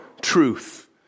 truth